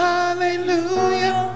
Hallelujah